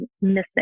missing